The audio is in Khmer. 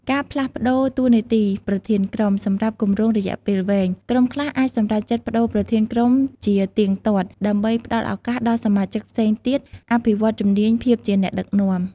ការផ្លាស់ប្តូរតួនាទីប្រធានក្រុម សម្រាប់គម្រោងរយៈពេលវែង ក្រុមខ្លះអាចសម្រេចចិត្តប្តូរប្រធានក្រុមជាទៀងទាត់ ដើម្បីផ្តល់ឱកាសដល់សមាជិកផ្សេងទៀតអភិវឌ្ឍន៍ជំនាញភាពជាអ្នកដឹកនាំ។